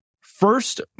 First